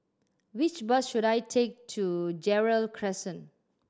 which bus should I take to Gerald Crescent